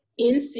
NC